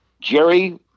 Jerry